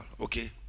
okay